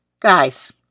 guys